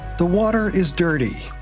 the water is dirty.